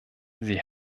sie